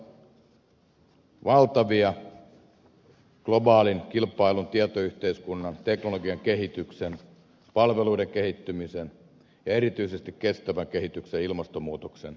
haasteet ovat valtavia globaalin kilpailun tietoyhteiskunnan teknologian kehityksen palveluiden kehittymisen ja erityisesti kestävän kehityksen ja ilmastonmuutoksen alueilla